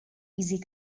easy